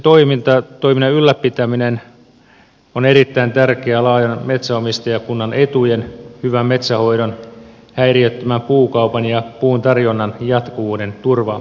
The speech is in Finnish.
metsänhoitoyhdistyksen toiminnan ylläpitäminen on erittäin tärkeää laajan metsänomistajakunnan etujen hyvän metsänhoidon häiriöttömän puukaupan ja puun tarjonnan jatkuvuuden turvaamiseksi